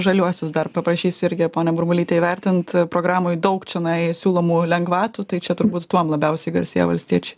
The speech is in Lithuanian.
žaliuosius dar paprašysiu irgi pone burbulyte įvertint programoj daug čionai siūlomų lengvatų tai čia turbūt tuom labiausiai garsėja valstiečiai